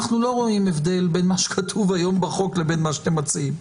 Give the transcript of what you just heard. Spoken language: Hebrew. אנחנו לא רואים הבדל בין מה שכתוב היום בחוק לבין מה שאתם מציעים.